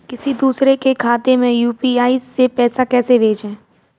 किसी दूसरे के खाते में यू.पी.आई से पैसा कैसे भेजें?